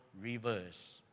rivers